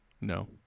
No